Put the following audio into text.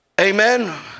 Amen